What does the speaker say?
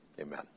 Amen